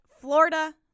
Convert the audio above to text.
Florida